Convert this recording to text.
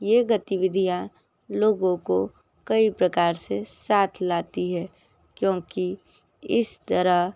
ये गतिविधियाँ लोगो को कई प्रकार से साथ लाती है क्योंकि इस तरह